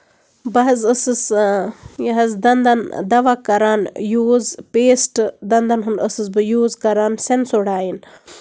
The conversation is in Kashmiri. بہٕ حظ ٲسٕس یہِ حظ دَنٛدَن دوا کران یوٗز پیسٹہٕ دَنٛدَن ہُنٛد ٲسٕس بہٕ یوٗز کران سینسوڈایِن